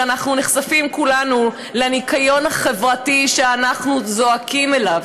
כשאנחנו נחשפים כולנו לניקיון החברתי שאנחנו זועקים אליו,